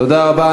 תודה רבה.